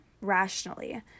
rationally